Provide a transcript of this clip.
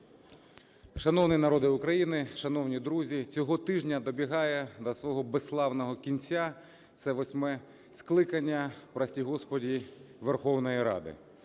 Шановний народе України, шановні друзі, цього тижня добігає до свого безславного кінця це восьме скликання, прости Господи, Верховної Ради.